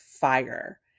fire